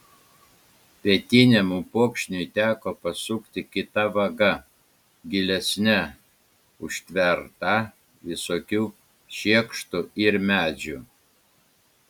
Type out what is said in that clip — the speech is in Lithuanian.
pietiniam upokšniui teko pasukti kita vaga gilesne užtverta visokių šiekštų ir medžių